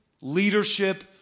leadership